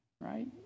Right